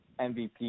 MVP